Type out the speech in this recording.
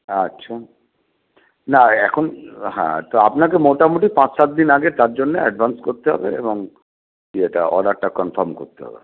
আচ্ছা না এখন হ্যাঁ তো আপনাকে মোটামোটি পাঁচ সাত দিন আগে তার জন্য অ্যাডভান্স করতে হবে এবং ইয়েটা অর্ডারটা কনফার্ম করতে হবে